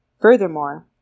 Furthermore